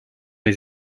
les